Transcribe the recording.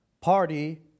party